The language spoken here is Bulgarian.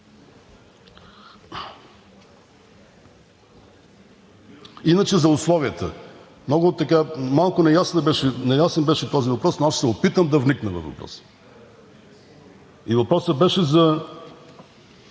знаем. За условията. Малко неясен беше този въпрос, но аз ще се опитам да вникна във въпроса. И въпросът беше,